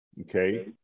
Okay